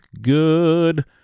good